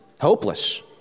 hopeless